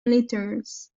litres